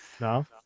No